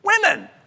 women